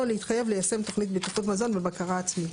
להתחייב ליישם תוכנית בטיחות מזון ובקרה עצמית.